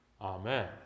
Amen